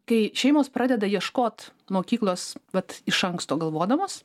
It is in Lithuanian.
kai šeimos pradeda ieškot mokyklos vat iš anksto galvodamos